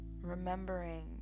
remembering